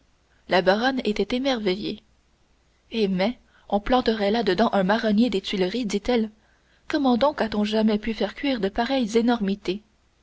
la baronne était émerveillée eh mais on planterait là-dedans un marronnier des tuileries dit-elle comment donc a-t-on jamais pu faire cuire de pareilles énormités